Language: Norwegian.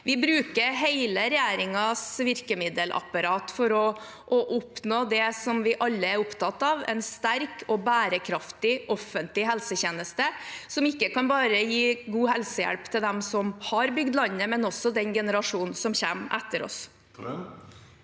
Vi bruker hele regjeringens virkemiddelapparat for å oppnå det som vi alle er opptatt av, en sterk og bærekraftig offentlig helsetjeneste som ikke bare kan gi god helsehjelp til dem som har bygd landet, men også til den generasjonen som kommer etter oss.